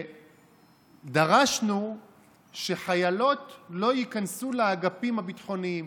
דרשנו שחיילות לא ייכנסו לאגפים הביטחוניים,